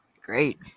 Great